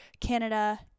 Canada